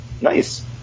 nice